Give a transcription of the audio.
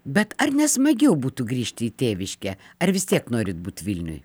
bet ar nesmagiau būtų grįžti į tėviškę ar vis tiek norit būt vilniuj